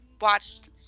watched